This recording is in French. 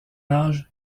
âge